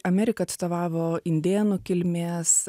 ameriką atstovavo indėnų kilmės